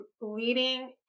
leading